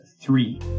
three